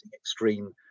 extreme